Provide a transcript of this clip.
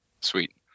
sweet